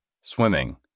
swimming